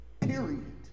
Period